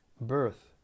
birth